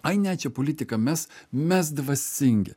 ai ne čia politika mes mes dvasingi